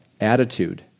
attitude